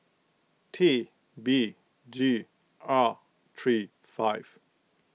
T B G R three five